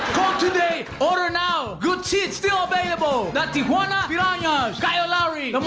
today! order now! good seats still available! the tijuana piranhas! kyle lowry!